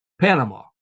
Panama